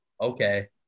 Okay